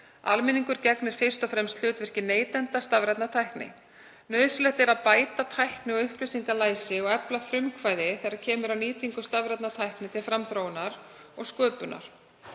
Almenningur gegnir fyrst og fremst hlutverki neytenda stafrænnar tækni. Nauðsynlegt er að bæta tækni- og upplýsingalæsi og efla frumkvæði þegar kemur að nýtingu stafrænnar tækni til framþróunar og sköpunar.